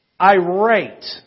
irate